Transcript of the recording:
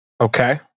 Okay